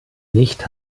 nicht